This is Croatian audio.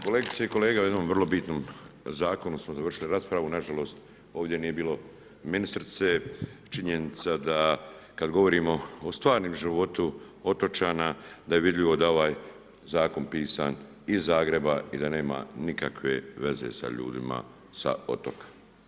Kolegice i kolege, o jednom vrlo bitno zakonu smo završili raspravu, nažalost ovdje nije bilo ministrice, činjenica da kad govorimo o stvarnom životu otočana da je vidljivo da je ovaj zakon pisan iz Zagreba i da nema nikakve veze sa ljudima sa otoka.